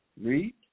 Read